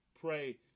pray